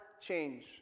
change